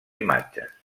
imatges